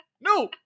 No